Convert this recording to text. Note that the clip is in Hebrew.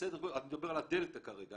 אני מדבר על הדלתא כרגע,